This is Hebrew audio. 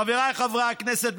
חבריי חברי הכנסת,